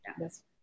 Yes